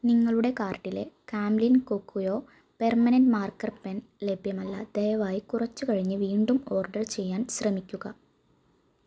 നിങ്ങളുടെ കാർട്ടിലെ Camlin Kokuyo permanent marker pen ലഭ്യമല്ല ദയവായി കുറച്ചു കഴിഞ്ഞു വീണ്ടും ഓർഡർ ചെയ്യാൻ ശ്രമിക്കുക